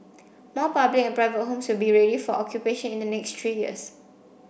more public and private homes will be ready for occupation in the next three years